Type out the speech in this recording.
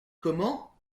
comment